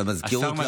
במזכירות,